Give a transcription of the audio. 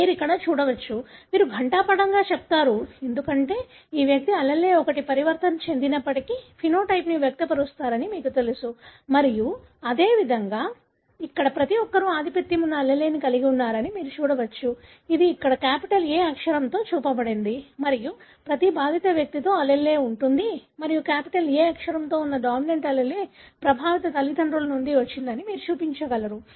మీరు ఇక్కడ చూడవచ్చు మీరు ఘంటాపధంగా చెపుతారు ఎందుకంటే ఈ వ్యక్తి allele ఒకటి పరివర్తన చెందినప్పటికీ ఫెనోటైప్ ను వ్యక్తపరుస్తారని మీకు తెలుసు మరియు అదేవిధంగా ఇక్కడ ప్రతిఒక్కరూ ఆధిపత్యం ఉన్న allele కలిగి ఉన్నారని మీరు చూడవచ్చు ఇది ఇక్కడ కాపిటల్ A అక్షరం తో చూపబడింది మరియు ప్రతి బాధిత వ్యక్తిలో allele ఉంటుంది మరియు కాపిటల్ A అక్షరంతో ఉన్న డామినెన్ట్ allele ప్రభావిత తల్లిదండ్రుల నుండి వచ్చిందని మీరు చూపించగలరు